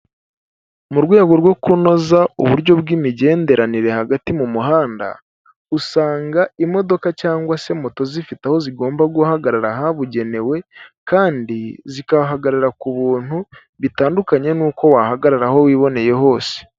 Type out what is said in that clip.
Mu rwego rwo kunoza uburyo bw'imigenderanire hagati mu muhanda usanga imodoka cyangwa se moto zifite aho zigomba guhagarara habugenewe kandi zikahagarara ku buntu bitandukanye n'uko wahagararaho wiboneye hose.